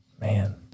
man